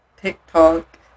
tiktok